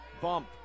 Bump